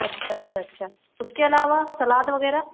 अच्छा अच्छा अच्छा उसके अलावा सलाद वगैरह